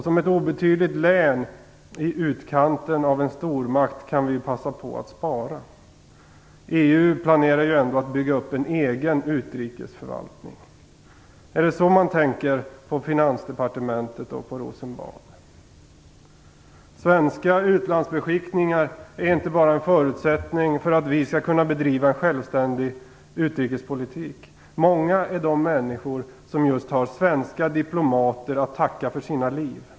Som ett obetydligt län i utkanten av en stormakt kan vi ju passa på att spara. EU planerar ju ändå att bygga upp en egen utrikesförvaltning. Är det så man tänker på Finansdepartementet och på Rosenbad? Svenska utlandsbeskickningar är inte bara en förutsättning för att vi skall kunna bedriva en självständig utrikespolitik. Många är de människor som har svenska diplomater att tacka för sina liv.